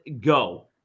go